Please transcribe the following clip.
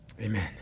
Amen